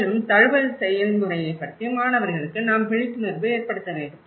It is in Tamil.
மேலும் தழுவல் செயல்முறையைப் பற்றி மாணவர்களுக்கு நாம் விழிப்புணர்வு ஏற்படுத்த வேண்டும்